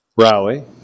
rally